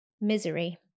misery